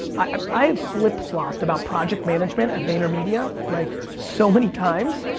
i flip flopped about project management of vaynermedia, like, so many times,